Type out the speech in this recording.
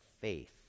faith